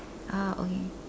ah okay